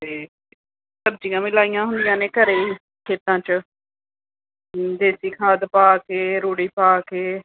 ਅਤੇ ਸਬਜ਼ੀਆਂ ਵੀ ਲਾਈਆਂ ਹੋਈਆਂ ਨੇ ਘਰੇ ਖੇਤਾਂ 'ਚ ਦੇਸੀ ਖਾਦ ਪਾ ਕੇ ਰੂੜ੍ਹੀ ਪਾ ਕੇ